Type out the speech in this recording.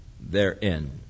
therein